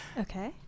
Okay